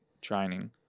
training